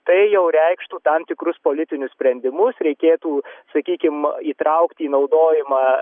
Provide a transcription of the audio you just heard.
tai jau reikštų tam tikrus politinius sprendimus reikėtų sakykim įtraukti į naudojimą